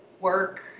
work